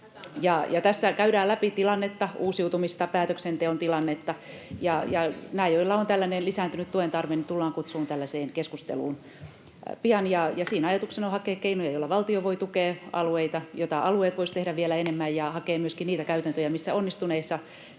Tässä käydään läpi tilannetta, uusiutumista, päätöksenteon tilannetta, ja nämä, joilla on tällainen lisääntynyt tuen tarve, tullaan kutsumaan tällaiseen keskusteluun pian. Siinä ajatuksena on hakea keinoja, joilla valtio voi tukea alueita ja joita alueet voisivat tehdä vielä enemmän ja hakea myöskin niitä onnistuneita